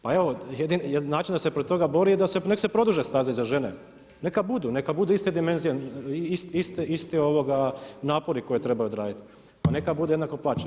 Pa evo jedini način da se protiv toga bori neka se produže staze za žene, neka budu, neka budu iste dimenzije, isti napori koje treba odraditi pa neka budu jednako plaćeni.